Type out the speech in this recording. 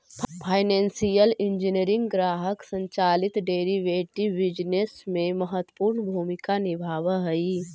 financial engineering ग्राहक संचालित derivative business में महत्वपूर्ण भूमिका निभावऽ हई